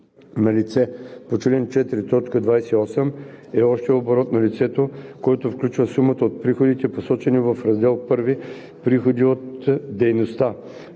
на лице по чл. 4, т. 28 е общият оборот на лицето, който включва сумата от приходите, посочени в раздел І „Приходи от дейността”